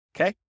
Okay